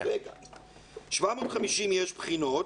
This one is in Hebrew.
ב-750 יש בחינות,